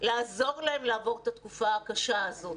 לעזור להם לעבור את התקופה הקשה הזאת.